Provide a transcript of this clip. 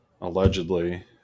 allegedly